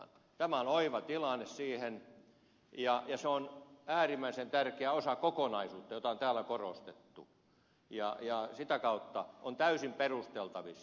tämä on oiva tilaisuus siihen ja se on äärimmäisen tärkeä osa kokonaisuutta jota on täällä korostettu ja sitä kautta täysin perusteltavissa